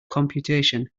computation